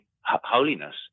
holiness